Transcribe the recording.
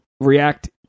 react